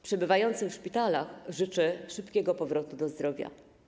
Przebywającym w szpitalach życzę szybkiego powrotu do zdrowia.